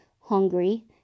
hungry